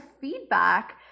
feedback